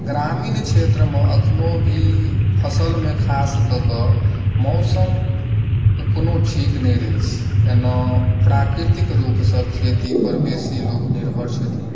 ग्रामीण क्षेत्र मे अखनो भी फसल मे ख़ास कऽ कऽ मौसम के कोनो ठीक नहि रहै छै प्राकृतिक रूप सॅं खेती पर बेसी लोग निर्भर छथिन